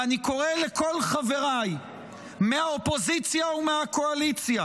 ואני קורא לכל חבריי מהאופוזיציה ומהקואליציה